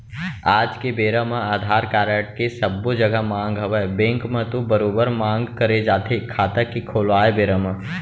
आज के बेरा म अधार कारड के सब्बो जघा मांग हवय बेंक म तो बरोबर मांग करे जाथे खाता के खोलवाय बेरा म